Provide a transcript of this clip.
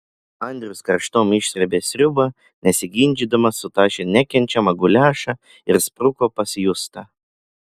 andrius karštom išsrėbė sriubą nesiginčydamas sutašė nekenčiamą guliašą ir spruko pas justą